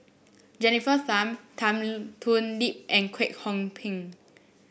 Jennifer Tham Tan Thoon Lip and Kwek Hong Png